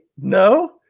no